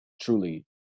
truly